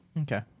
Okay